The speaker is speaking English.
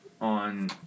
on